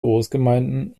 großgemeinden